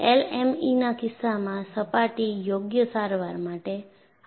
LME ના કિસ્સામાં સપાટી યોગ્ય સારવાર માટે આગળ જાય છે